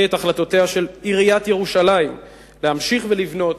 את החלטותיה של עיריית ירושלים להמשיך ולבנות